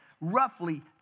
roughly